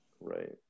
Right